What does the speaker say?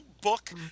book